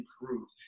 improved